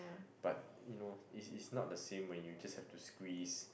but you know is is not the same when you just have to squeeze